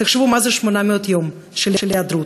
תחשבו מה זה 800 יום של היעדרות,